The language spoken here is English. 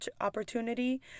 opportunity